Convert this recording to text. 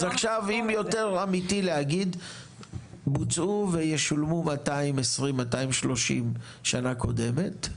אז עכשיו יותר אמיתי להגיד בוצעו וישולמו 220-230 שנה קודמת,